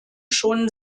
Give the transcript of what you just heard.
schon